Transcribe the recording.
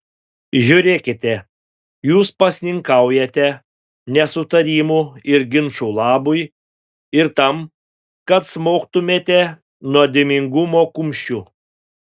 žiūrėkite jūs pasninkaujate nesutarimų ir ginčų labui ir tam kad smogtumėte nuodėmingumo kumščiu